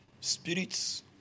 Spirits